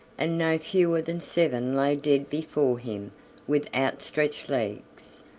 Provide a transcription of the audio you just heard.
and no fewer than seven lay dead before him with outstretched legs.